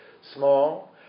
small